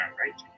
right